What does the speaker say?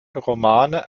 romane